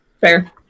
Fair